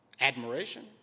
admiration